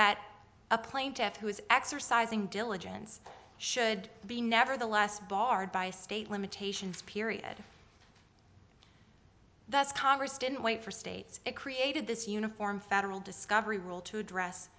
that a plaintiff who is exercising diligence should be nevertheless barred by state limitations period the us congress didn't wait for states it created this uniform federal discovery rule to address